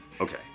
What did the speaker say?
okay